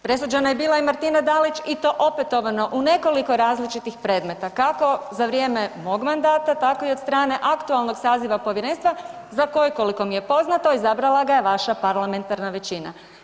Presuđena je bila i Martina Dalić i to opetovano u nekoliko različitih predmeta, kako za vrijeme mog mandata, tako i od strane aktualnog saziva Povjerenstva za kojeg, koliko mi je poznato, izabrala ga je vaša parlamentarna većina.